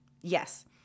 Yes